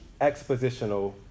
expositional